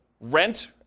rent